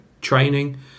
Training